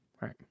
right